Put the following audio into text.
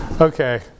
Okay